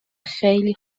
خیلی